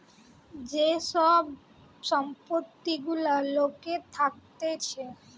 যে সব সম্পত্তি গুলা লোকের থাকতিছে